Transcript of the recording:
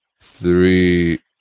three